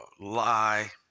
lie